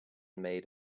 made